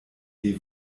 die